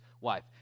wife